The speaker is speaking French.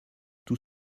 tout